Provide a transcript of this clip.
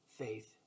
faith